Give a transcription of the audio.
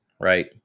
right